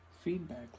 feedback